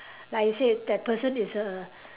like you say that person is a